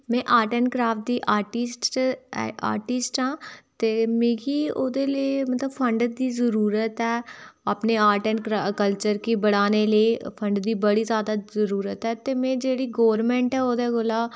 में art and craft दा artist हा ते मिगी औहदे लेई मतलब फडं दी जरुरत ऐ अपने आर्ट एंड कल्चर गी बधाने लेई फंड दी बडी ज्यादा जरुरत ऐ ते में जेह्ड़ी गर्बनमेंट ऐ ओहदे कोला